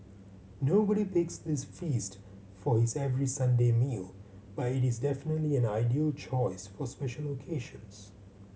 nobody picks this feast for his every Sunday meal but it is definitely an ideal choice for special occasions